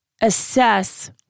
assess